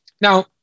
Now